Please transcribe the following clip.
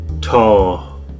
tall